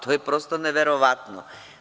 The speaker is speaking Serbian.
To je prosto neverovatno.